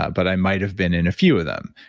but i might have been in a few of them.